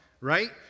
right